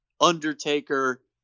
Undertaker